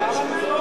אני שומע.